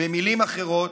במילים אחרות,